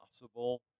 possible